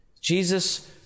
Jesus